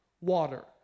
water